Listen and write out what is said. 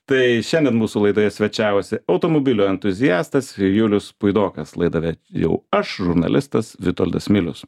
tai šiandien mūsų laidoje svečiavosi automobilių entuziastas julius puidokas laidą ved iau aš žurnalistas vitoldas milius